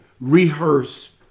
rehearse